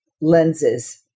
lenses